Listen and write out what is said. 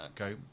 Okay